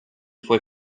fue